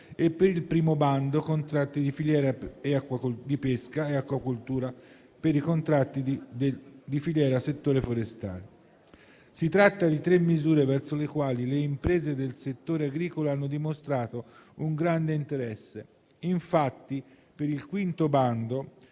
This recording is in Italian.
e per il primo bando (contratti di filiera settore pesca e acquacoltura e settore forestale). Si tratta di tre misure verso le quali le imprese del settore agricolo hanno dimostrato un grande interesse. Infatti, per il quinto bando